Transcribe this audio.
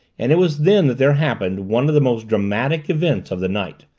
and it was then that there happened one of the most dramatic events of the night.